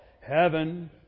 Heaven